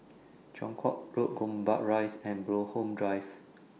Chong Kuo Road Gombak Rise and Bloxhome Drive